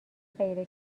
غیر